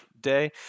day